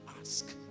ask